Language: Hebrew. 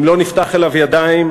אם לא נפתח אליו ידיים,